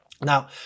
Now